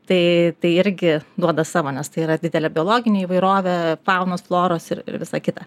tai tai irgi duoda savo nes tai yra didelė biologinė įvairovė faunos floros ir visa kita